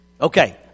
Okay